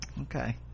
okay